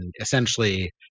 essentially